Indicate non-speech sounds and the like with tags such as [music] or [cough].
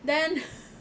then [laughs]